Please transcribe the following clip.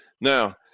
Now